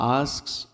asks